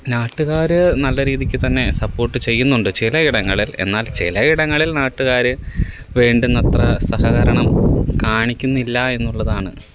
നാട്ടുകാർ നല്ല രീതിക്ക് തന്നെ സപ്പോട്ട് ചെയ്യുന്നുണ്ട് ചില ഇടങ്ങളിൽ എന്നാൽ ചില ഇടങ്ങളിൽ നാട്ടുകാർ വേണ്ടുന്നത്ര സഹകരണം കാണിക്കുന്നില്ല എന്നുള്ളതാണ്